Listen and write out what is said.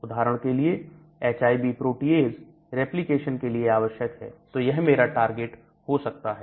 उदाहरण के लिए HIV Protease रिप्लिकेशन के लिए आवश्यक है तो यह मेरा टारगेट हो सकता है